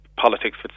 politics